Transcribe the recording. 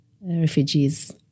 refugees